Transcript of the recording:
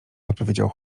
odpowiedział